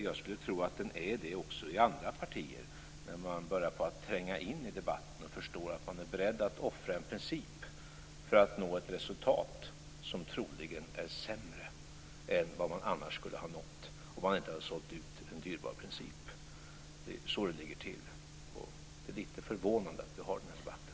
Jag skulle tro att den är det också i andra partier, när man börjar tränga in i debatten och förstår att man är beredd att offra en princip för att nå ett resultat som troligen är sämre än vad man skulle ha nått om man inte hade sålt ut en dyrbar princip. Det är så det ligger till. Det är lite förvånande att vi har den här debatten.